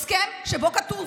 הסכם שבו כתוב,